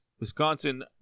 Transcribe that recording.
Wisconsin